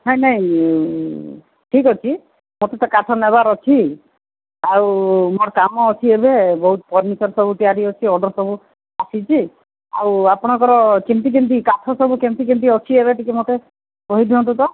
ନାଇଁ ନାଇଁ ଠିକ୍ ଅଛି ମୋତେ ତ କାଠ ନେବାର ଅଛି ଆଉ ମୋର କାମ ଅଛି ଏବେ ବହୁତ ଫର୍ଣ୍ଣିଚର୍ ସବୁ ତିଆରି ଅଛି ଅର୍ଡର ସବୁ ଆସିଛି ଆଉ ଆପଣଙ୍କର କେମିତି କେମିତି କାଠ ସବୁ କେମିତି କେମିତି ଅଛି ଏବେ କହିଦିଅନ୍ତୁ ତ